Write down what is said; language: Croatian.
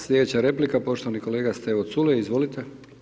Slijedeća replika poštovani kolega Stevo Culej, izvolite.